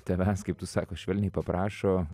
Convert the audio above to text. tavęs kaip tu sako švelniai paprašo